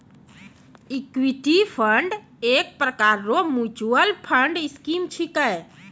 equity fund एक प्रकार रो मिच्युअल फंड स्कीम छिकै